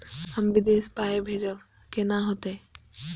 हम विदेश पाय भेजब कैना होते?